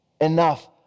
enough